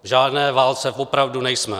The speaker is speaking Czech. V žádné válce opravdu nejsme.